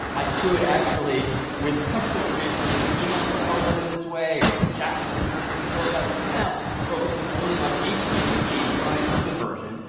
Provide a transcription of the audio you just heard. i could actually with textual commands send emails to harvard in this way, or send chat messages if they support that. but for now, we're focusing only on http, the unencrypted version.